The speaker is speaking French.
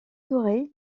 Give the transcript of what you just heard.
touré